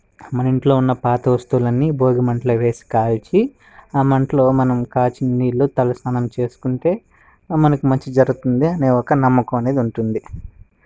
మన ఇంట్లో ఉన్న పాత వస్తువులు అన్నీ భోగిమంటలో వేసి కాల్చి ఆ మంటలో మనం కాచిన నీళ్ళు తలస్నానం చేసుకుంటే మనకు మంచి జరుగుతుంది అనే ఒక నమ్మకం అనేది ఉంటుంది